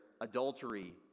adultery